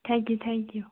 thank you thank you